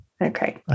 Okay